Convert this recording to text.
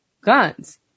guns